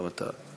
אני מבקש.